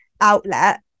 outlet